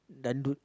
dangdut